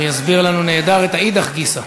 הוא יסביר לנו נהדר את האידך גיסא.